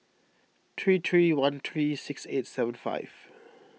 three three one three six eight seven five